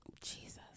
jesus